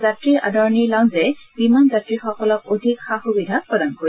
যাত্ৰী আদৰণি লাউঞ্জে বিমান যাত্ৰীসকলক অধিক সা সুবিধা প্ৰদান কৰিব